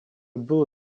было